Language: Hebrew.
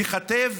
ייכתב